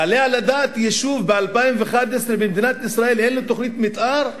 יעלה על הדעת יישוב ב-2011 במדינת ישראל שאין לו תוכנית מיתאר?